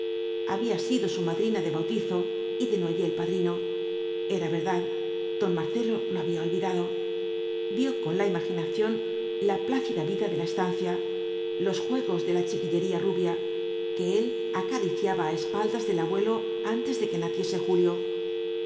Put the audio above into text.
había sido su madrina de bautizo y desnoyers el padrino era verdad don marcelo lo había olvidado vio con la imaginación la plácida vida de la estancia los juegos de la chiquillería rubia que él acariciaba á espaldas del abuelo antes de que naciese julio